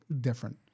different